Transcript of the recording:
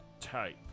type